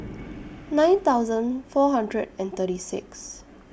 nine thousand four hundred and thirty six